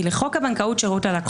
היא לחוק הבנקאות (שירות ללקוח).